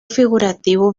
figurativo